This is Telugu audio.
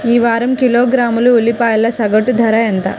ఈ వారం కిలోగ్రాము ఉల్లిపాయల సగటు ధర ఎంత?